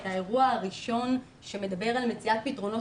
את האירוע הראשון שמדבר על מציאת פתרונות